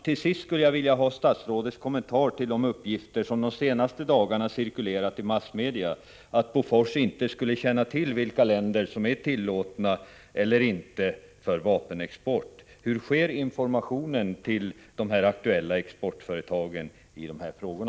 Till sist vill jag be om statsrådets kommentar till de uppgifter som de senaste dagarna har cirkulerat i massmedia om att Bofors inte skulle känna till vilka länder som är tillåtna för vapenexport. Hur sker informationen om dessa frågor till de aktuella exportföretagen?